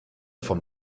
vom